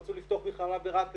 רצו לפתוח מכללה ברהט,